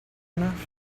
enough